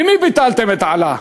למי ביטלתם את ההעלאה?